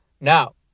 Now